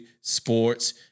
sports